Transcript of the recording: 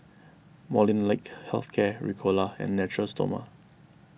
Molnylcke Health Care Ricola and Natura Stoma